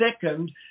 second